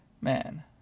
man